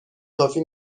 کافی